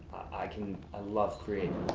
i can, i love creating,